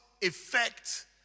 effect